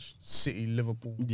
City-Liverpool